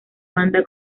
banda